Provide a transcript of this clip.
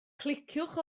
cliciwch